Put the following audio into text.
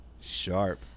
Sharp